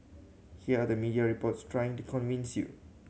here are the media reports trying to convince you